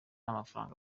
amafaranga